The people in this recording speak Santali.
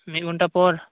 ᱢᱤᱫ ᱜᱷᱚᱱᱴᱟ ᱯᱚᱨ